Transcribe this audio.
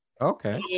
okay